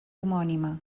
homònima